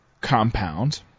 compound